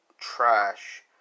Trash